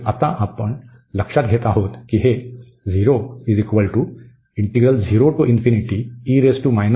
आणि आता आपण लक्षात घेत आहोत की हे